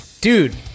Dude